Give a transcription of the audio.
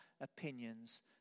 opinions